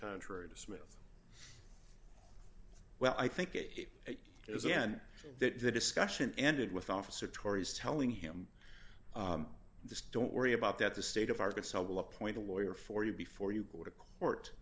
contrary to smith well i think it is then that the discussion ended with officer tories telling him this don't worry about that the state of arkansas will appoint a lawyer for you before you go to court